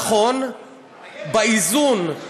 נכון, באיזון.